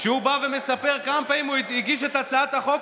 הוא בא ומספר כמה פעמים הוא הגיש את הצעת החוק,